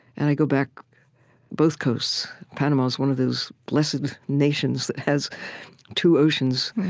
and i go back both coasts panama's one of those blessed nations that has two oceans.